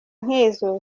nk’izo